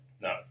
no